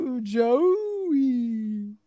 Joey